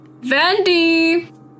Vandy